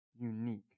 unique